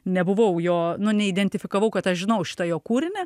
nebuvau jo nu neidentifikavau kad aš žinau šitą jo kūrinį